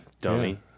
Dummy